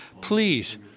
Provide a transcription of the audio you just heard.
please